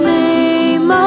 name